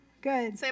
Good